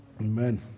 amen